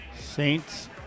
Saints